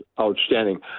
outstanding